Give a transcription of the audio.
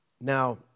Now